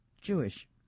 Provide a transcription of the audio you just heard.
Jewish